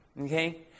Okay